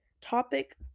topic